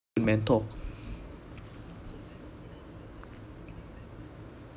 mentor